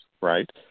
right